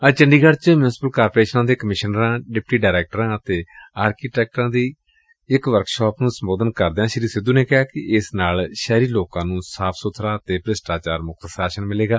ਅੱਜ ਚੰਡੀਗੜ ਚ ਮਿਉਸਪਲ ਕਾਰਪੋਰੇਸ਼ਨਾਂ ਦੇ ਕਮਿਸ਼ਨਰਾਂ ਡਿਪਟੀ ਡਾਇਰੈਕਟਰਾਂ ਅਤੇ ਆਰਕੀਟੈਕਟਾਂ ਦੀ ਇਕ ਵਰਕਸ਼ਾਪ ਨੂੰ ਸੰਬੋਧਨ ਕਰੱਦਿਆਂ ਸ੍ਰੀ ਸਿੱਧੂ ਨੇ ਕਿਹਾ ਕਿ ਏਸ ਨਾਲ ਸ਼ਹਿਰੀ ਲੋਕਾਂ ਨੂੰ ਸਾਫ਼ ਸੁਬਰਾ ਅਤੇ ਭ੍ਰਿਸ਼ਟਾਚਾਰ ਮੁਕਤ ਸ਼ਾਸ਼ਨ ਮਿਲੇਗਾ